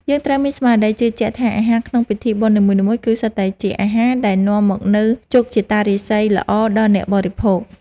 យើងត្រូវមានស្មារតីជឿជាក់ថាអាហារក្នុងពិធីបុណ្យនីមួយៗ គឺសុទ្ធតែជាអាហារដែលនាំមកនូវជោគជតារាសីល្អដល់អ្នកបរិភោគ។